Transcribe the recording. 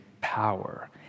power